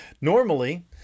Normally